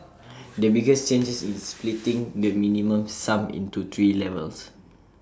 the biggest change is splitting the minimum sum into three levels